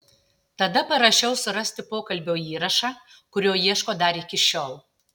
tada parašiau surasti pokalbio įrašą kurio ieško dar iki šiol